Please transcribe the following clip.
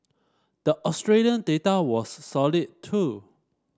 the Australian data was solid too